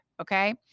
Okay